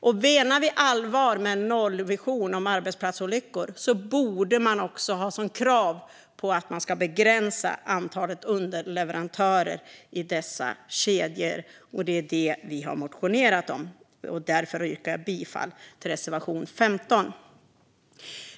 Om man menar allvar med en nollvision för arbetsplatsolyckor borde man också ha ett krav på att begränsa antalet underleverantörer i dessa kedjor. Det är alltså detta vi har motionerat om, och därför yrkar jag bifall till reservation 15.